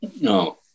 No